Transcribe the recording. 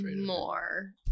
more